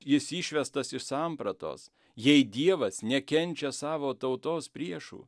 jis išvestas iš sampratos jei dievas nekenčia savo tautos priešų